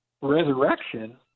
resurrection